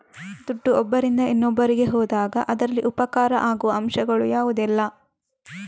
ದುಡ್ಡು ಒಬ್ಬರಿಂದ ಇನ್ನೊಬ್ಬರಿಗೆ ಹೋದಾಗ ಅದರಲ್ಲಿ ಉಪಕಾರ ಆಗುವ ಅಂಶಗಳು ಯಾವುದೆಲ್ಲ?